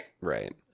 Right